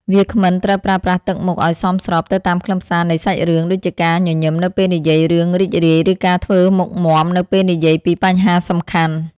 វាគ្មិនត្រូវប្រើប្រាស់ទឹកមុខឱ្យសមស្របទៅតាមខ្លឹមសារនៃសាច់រឿង ដូចជាការញញឹមនៅពេលនិយាយរឿងរីករាយ ឬការធ្វើមុខមាំនៅពេលនិយាយពីបញ្ហាសំខាន់។